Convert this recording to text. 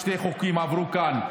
שני חוקים עברו כאן,